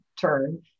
turn